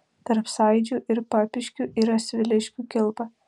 tarp saidžių ir papiškių yra sviliškių kilpa